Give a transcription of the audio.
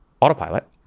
autopilot